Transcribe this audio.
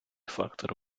фактор